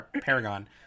paragon